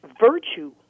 virtue